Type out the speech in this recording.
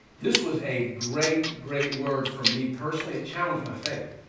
this was a great, great word for me personally. it challenged my faith.